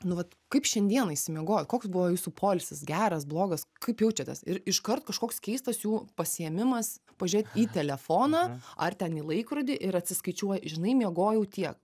nu vat kaip šiandien išsimiegojau koks buvo jūsų poilsis geras blogas kaip jaučiatės ir iškart kažkoks keistas jų pasiėmimas pažiūrėt į telefoną ar ten į laikrodį ir atsiskaičiuoja žinai miegojau tiek